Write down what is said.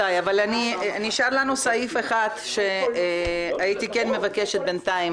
נשאר לנו סעיף אחד שהייתי מבקשת בינתיים